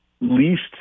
least